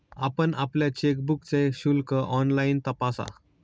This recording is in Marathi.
आपण आपल्या चेकबुकचे शुल्क ऑनलाइन तपासा